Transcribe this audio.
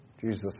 Jesus